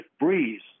breeze